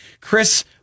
Chris